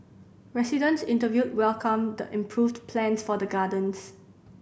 residents interviewed welcomed the improved plans for the gardens